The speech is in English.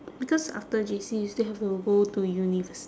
because after J_C you still have to go to univers~